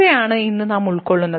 ഇവയാണ് ഇന്ന് നാം ഉൾക്കൊള്ളുന്നത്